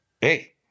Hey